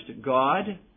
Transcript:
God